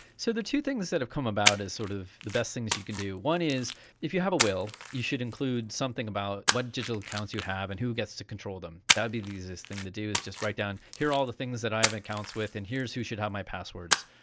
so the two things that have come about as sort of the best things you can do, one is if you have a will, you should include something about what digital accounts you have and who gets to control them, that would be the easiest thing to do, is just write down here all the things that i have accounts with and here's who should have my passwords.